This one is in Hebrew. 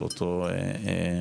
של אותו פרופסור?